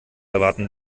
erwarten